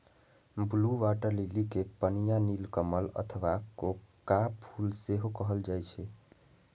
blue water lily कें पनिया नीलकमल अथवा कोका फूल सेहो कहल जाइ छैक